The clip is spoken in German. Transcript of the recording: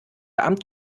amt